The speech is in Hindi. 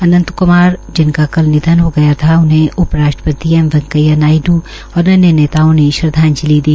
अंनत क्मार जिनका कल निधन हो गया था उन्हें उप राष्ट्रपति एम वैंकेया नायडू और अन्य नेताओं ने श्रद्वाजंलि दी